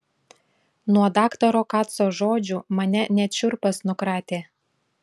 nuo daktaro kaco žodžių mane net šiurpas nukratė